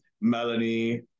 melanie